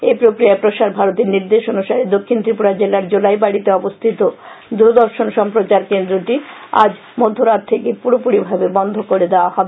এই প্রক্রিয়ায় প্রসার ভারতীর নির্দেশ অনুসারে দক্ষিণ ত্রিপুরা জেলার জোলাইবাড়িতে অবস্থিত দূরদর্শন সম্প্রচার কেন্দ্রটি আজ মধ্য রাত থেকে পুরোপুরিভাবে বন্ধ করে দেয়া হবে